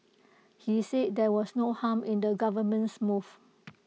he said there was no harm in the government's move